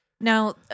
Now